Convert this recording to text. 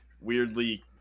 weirdly